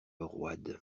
roide